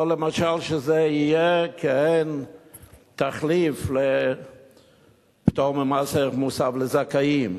או למשל שזה יהיה כעין תחליף לפטור ממס ערך מוסף לזכאים.